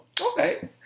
okay